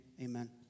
amen